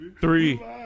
Three